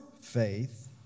faith